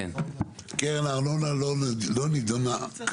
קרן הארנונה לא נידונה כאן.